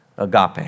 agape